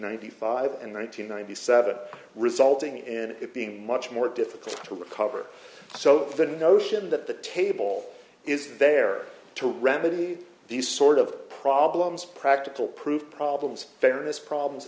ninety five and one nine hundred ninety seven resulting in it being much more difficult to recover so the notion that the table is there to remedy these sort of problems practical proof problems fairness problems